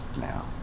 now